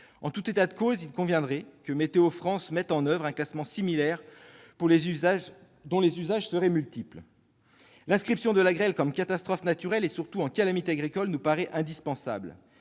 En tout état de cause, il conviendrait que Météo-France mette en oeuvre un classement similaire, dont les usages seraient multiples. Inscrire la grêle parmi les catastrophes naturelles et, surtout, parmi les calamités agricoles, nous paraît indispensable.